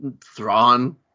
Thrawn